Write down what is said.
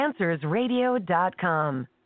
AnswersRadio.com